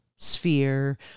sphere